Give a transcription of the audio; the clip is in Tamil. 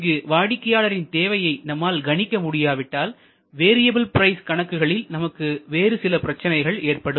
இங்கு வாடிக்கையாளரின் தேவையை நம்மால் கணிக்க முடியாவிட்டால் வேரியபில் பிரைஸ் கணக்குகளில் நமக்கு வேறு சில பிரச்சினைகள் ஏற்படும்